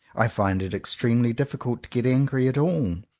i find it extremely difficult to get angry at all.